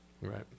Right